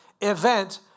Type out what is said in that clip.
event